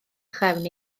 chefn